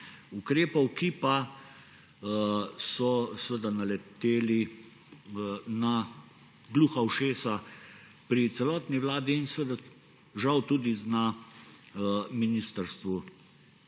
ukrepov, ki so seveda naleteli na gluha ušesa pri celotni vladi, žal tudi na Ministrstvu